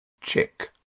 chick